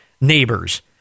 neighbors